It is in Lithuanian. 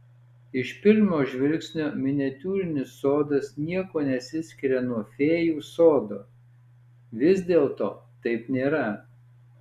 iš pirmo žvilgsnio miniatiūrinis sodas niekuo nesiskiria nuo fėjų sodo vis dėlto taip nėra